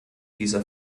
dieser